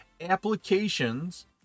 applications